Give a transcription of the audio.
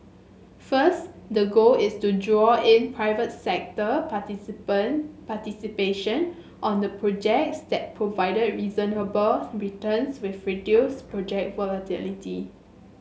first the goal is to draw in private sector participant participation on the projects that provided reasonable returns with reduced project volatility